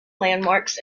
landmarks